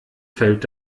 fällt